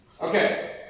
Okay